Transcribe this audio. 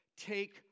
Take